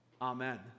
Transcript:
amen